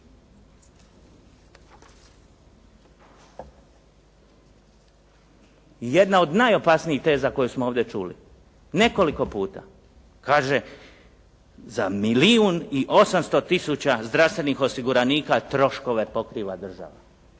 Jedna od najopasnijih teza koju smo ovdje čuli nekoliko puta, kaže za milijun i 800 tisuća zdravstvenih osiguranika troškove pokriva država.